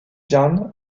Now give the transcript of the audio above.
jan